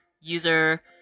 user